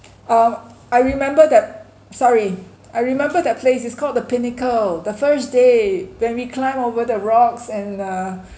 um I remember that sorry I remember that place is called the pinnacle the first day when we climb over the rocks and uh